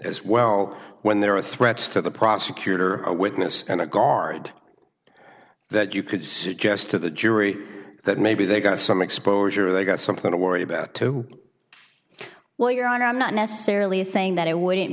as well when there are threats to the prosecutor a witness and a guard that you could suggest to the jury that maybe they've got some exposure they've got something to worry about too well your honor i'm not necessarily saying that it wouldn't